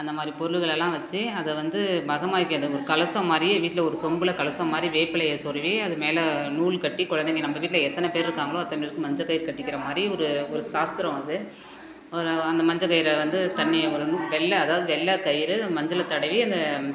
அந்த மாதிரி பொருளுகளெலாம் வச்சு அதை வந்து மகமாயிக்கு அது ஒரு கலசம் மாதிரியே வீட்டில் ஒரு சொம்பில் கலசம் மாதிரி வேப்பிலையை சொருகி அது மேலே நூல் கட்டி கொழந்தைங்க நம்ப வீட்டில் எத்தனை பேர் இருக்காங்களோ அத்தனை பேருக்கும் மஞ்சள் கயிறு கட்டிக்கிற மாதிரி ஒரு ஒரு சாஸ்த்திரம் அது ஒரு அந்த மஞ்சள் கயிறை வந்து தண்ணியை விடணும் வெள்ளை அதாவது வெள்ளை கயிரு மஞ்சளை தடவி அந்த